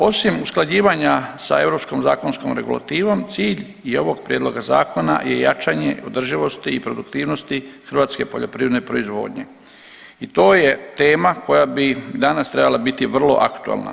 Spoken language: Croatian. Osim usklađivanja sa europskom zakonskom regulativom cilj je ovog prijedloga zakona je jačanje održivosti i produktivnosti hrvatske poljoprivredne proizvodnje i to je tema koja bi danas trebala biti vrlo aktualna.